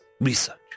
Research